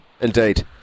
indeed